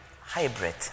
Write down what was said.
hybrid